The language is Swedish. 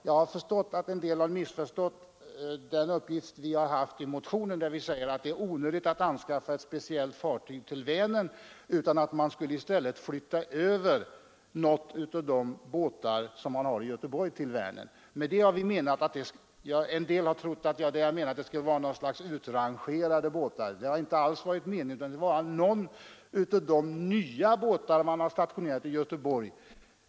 Jag har märkt att en del har missförstått vad vi säger i motionen om att det är onödigt att anskaffa ett speciellt fartyg till Vänern och att man i stället borde flytta dit någon av de båtar som finns i Göteborg. Några tror att vi har menat att man skulle föra över utrangerade båtar, men det har inte alls varit meningen. Det skulle vara någon av de nya båtar som är stationerad i Göteborg.